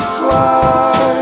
fly